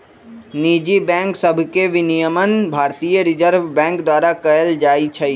निजी बैंक सभके विनियमन भारतीय रिजर्व बैंक द्वारा कएल जाइ छइ